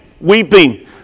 weeping